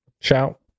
shout